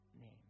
name